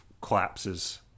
collapses